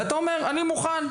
ואתה אומר: אני מוכן.